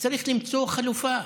וצריך למצוא חלופה.